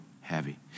heavy